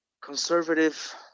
conservative